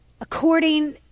according